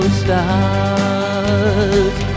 stars